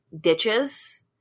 ditches